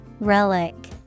Relic